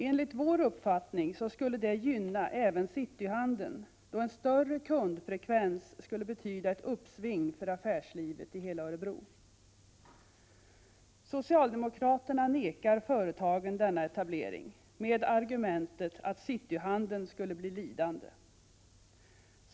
Enligt vår uppfattning skulle det även gynna cityhandeln, då en större kundfrekvens skulle betyda ett uppsving för affärslivet i hela Örebro. Socialdemokraterna nekar företagen denna etablering med argumentet att cityhandeln skulle bli lidande.